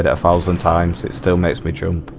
therefore sometimes it still makes me jump